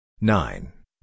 Nine